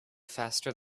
faster